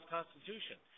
Constitution